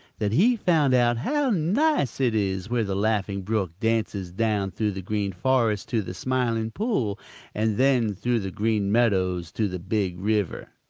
that he found out how nice it is where the laughing brook dances down through the green forest to the smiling pool and then through the green meadows to the big river.